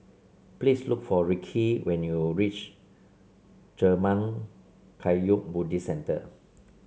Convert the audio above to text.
please look for Rickey when you reach Zurmang Kagyud Buddhist Centre